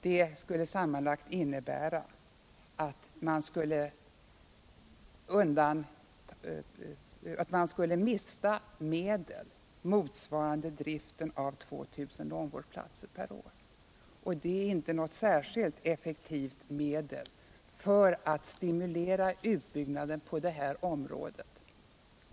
Det skulle sammanlagt innebära att man mister medel motsvarande driften av 2 000 långvårdsplatser per år. Det är inte något särskilt effektivt medel för att stimulera utbyggnaden på detta område.